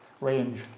range